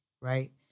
right